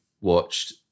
watched